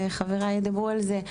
וחברי דיברו על זה,